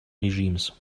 regimes